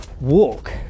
walk